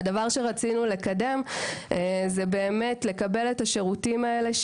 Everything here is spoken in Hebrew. הדבר שרצינו לקדם הוא קבלת השירותים האלה,